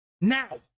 now